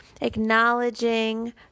acknowledging